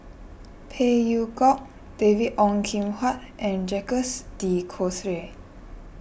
Phey Yew Kok David Ong Kim Huat and Jacques De Coutre